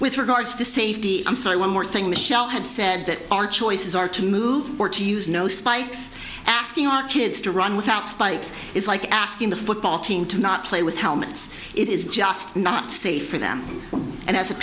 with regards to safety i'm sorry one more thing michel had said that our choices are to move or to use no spikes asking our kids to run without spikes is like asking the football team to not play with helmets it is just not safe for them and as a